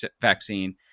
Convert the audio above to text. vaccine